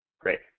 Great